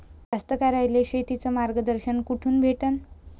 कास्तकाराइले शेतीचं मार्गदर्शन कुठून भेटन?